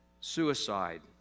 suicide